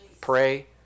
Pray